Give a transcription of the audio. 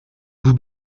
vous